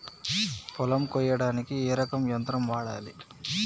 పొలం కొయ్యడానికి ఏ రకం యంత్రం వాడాలి?